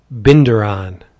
Binderon